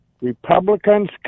Republicans